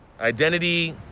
Identity